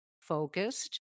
focused